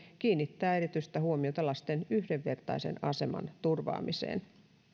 kiinnittää erityistä huomiota lasten yhdenvertaisen aseman turvaamiseen